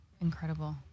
incredible